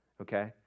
okay